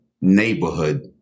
neighborhood